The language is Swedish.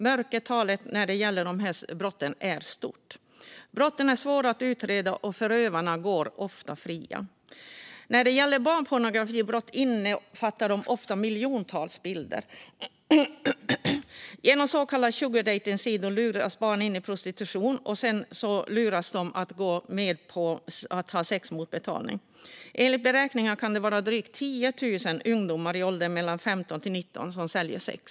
Mörkertalet när det gäller dessa brott är stort. Brotten är svåra att utreda, och förövarna går ofta fria. När det gäller barnpornografibrott innefattar de ofta miljontals bilder. Genom så kallade sugardejtningssidor luras barn in i prostitution, och sedan luras de att gå med på att ha sex mot betalning. Enligt beräkningar kan det vara drygt 10 000 ungdomar i åldern 15-19 som säljer sex.